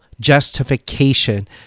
justification